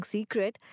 Secret